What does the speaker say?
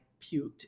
puked